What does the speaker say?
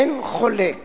אין חולק